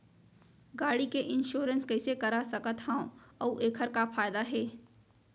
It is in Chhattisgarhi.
गाड़ी के इन्श्योरेन्स कइसे करा सकत हवं अऊ एखर का फायदा हे?